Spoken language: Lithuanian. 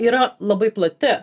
yra labai plati